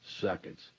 seconds